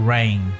Rain